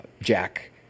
Jack